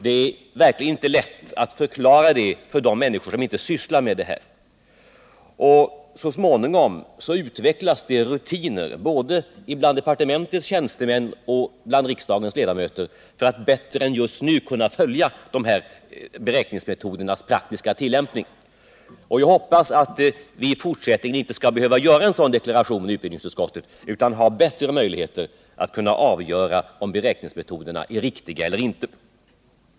Det är verkligen inte lätt att förklara det för de människor som inte sysslar med detta. Så småningom utvecklas rutiner, både bland departementets tjänstemän och bland riksdagens ledamöter, för att bättre än just nu kunna följa beräkningsmetodernas praktiska tillämpning. Jag hoppas att vi i fortsättningen inte skall behöva göra en sådan deklaration i utbildningsutskottet utan ha bättre möjligheter att avgöra om beräkningsmetoderna är riktiga eller inte.